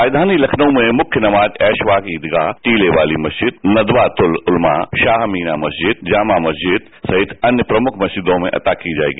राजधानी लखनऊ में मुख्य नमाज रेशबाग ईदगाह टीले वाली मस्जिद नदवातुल उतमा शाह मीना मस्जिद जामा मस्जिद सहित अन्य प्रमुख मस्जिदों में अता की जाएगी